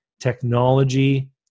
technology